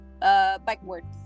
backwards